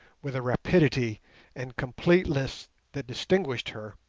with a rapidity and completeness that distinguished her,